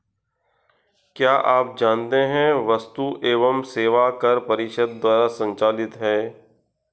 क्या आप जानते है वस्तु एवं सेवा कर परिषद द्वारा संचालित है?